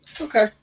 Okay